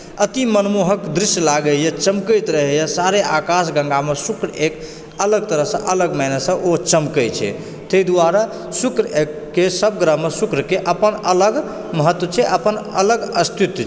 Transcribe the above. अति मनमोहक दृश्य लागैए चमकैत रहैए सारे आकाश गङ्गामे शुक्र एक अलग तरहसँ अलग मायनेसँ ओ चमकै छै ताहि दुआरे शुक्र एकके सबग्रहमे शुक्रके अपन अलग महत्व छै अपन अलग अस्तित्व छै